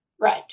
Right